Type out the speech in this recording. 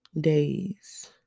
days